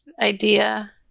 idea